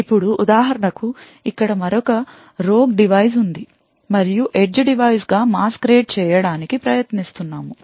ఇప్పుడు ఉదాహరణకు ఇక్కడ మరొక రోగ్ డివైస్ ఉంది మరియు edge డివైస్ గా masquerade చేయడానికి ప్రయత్నిస్తున్నాము